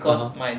(uh huh)